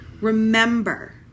remember